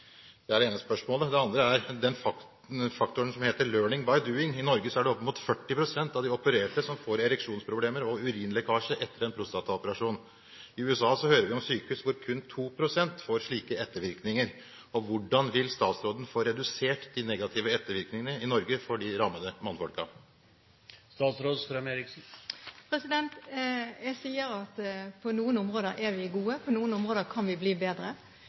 Det er det ene spørsmålet. Det andre går på den faktoren som heter «learning by doing». I Norge er det opp imot 40 pst. av de opererte som får ereksjonsproblemer og urinlekkasje etter en prostataoperasjon. I USA hører vi om sykehus hvor kun 2 pst. får slike ettervirkninger. Hvordan vil statsråden få redusert de negative ettervirkningene i Norge for de rammede mannfolkene? Jeg sier at på noen områder er vi gode, på noen områder kan vi bli bedre.